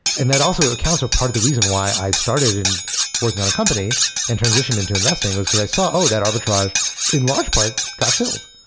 and that also accounts a part of the reason why i started working on a company and transitioned into investing was because i saw, oh! that arbitrage in large part got filled.